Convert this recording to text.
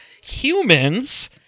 humans